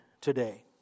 today